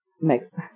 makes